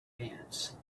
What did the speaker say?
advance